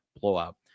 blowout